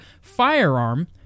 firearm